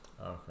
Okay